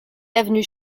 avenue